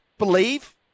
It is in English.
Believe